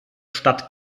stadt